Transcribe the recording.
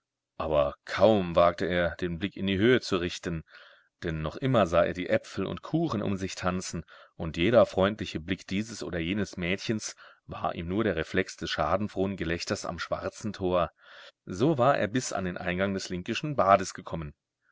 aber kaum wagte er den blick in die höhe zu richten denn noch immer sah er die äpfel und kuchen um sich tanzen und jeder freundliche blick dieses oder jenes mädchens war ihm nur der reflex des schadenfrohen gelächters am schwarzen tor so war er bis an den eingang des linkischen bades gekommen